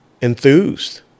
enthused